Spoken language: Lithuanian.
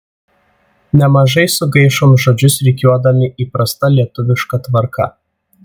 nemažai sugaišom žodžius rikiuodami įprasta lietuviška tvarka